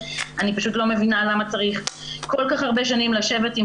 אני פשוט לא מבינה למה צריך כל כך הרבה שנים לשבת עם